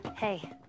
Hey